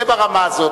זה ברמה הזאת.